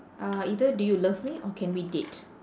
uh either do you love me or can we date